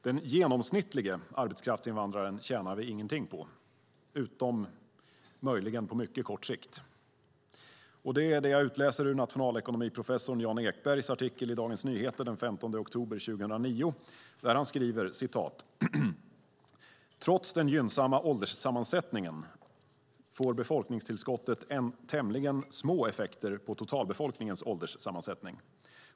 Den "genomsnittlige" arbetskraftsinvandraren tjänar vi ingenting på, utom möjligen på mycket kort sikt. Detta utläser jag av nationalekonomiprofessor Jan Ekbergs artikel i Dagens Nyheter den 15 oktober 2009 där han skriver: "Trots den gynnsamma ålderssammansättningen får befolkningstillskottet endast tämligen små effekter på totalbefolkningens ålderssammansättning.